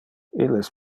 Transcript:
illes